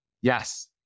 Yes